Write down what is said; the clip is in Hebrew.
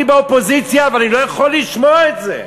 אני באופוזיציה, אבל אני לא יכול לשמוע את זה.